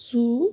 سوٗ